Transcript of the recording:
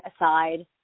aside